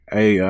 Hey